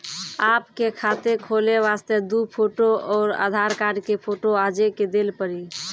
आपके खाते खोले वास्ते दु फोटो और आधार कार्ड के फोटो आजे के देल पड़ी?